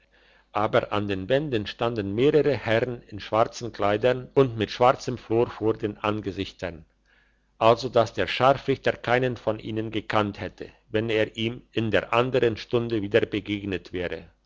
aber an den wänden standen mehrere herren in schwarzen kleidern und mit schwarzem flor vor den angesichtern also dass der scharfrichter keinen von ihnen gekannt hätte wenn er ihm in der andern stunde wieder begegnet wäre